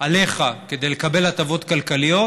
עליך כדי לקבל הטבות כלכליות,